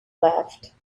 left